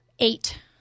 Eight